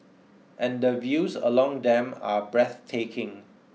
and the views along them are breathtaking